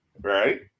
right